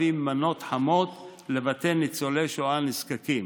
מנות חמות לבתי ניצולי שואה נזקקים.